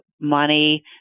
money